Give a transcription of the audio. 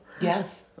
Yes